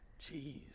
Jeez